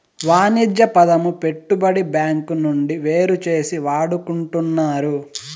వాణిజ్య పదము పెట్టుబడి బ్యాంకు నుండి వేరుచేసి వాడుకుంటున్నారు